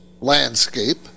landscape